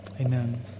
amen